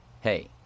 hey